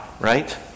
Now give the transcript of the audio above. Right